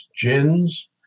gins